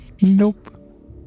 Nope